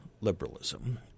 liberalism